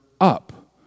up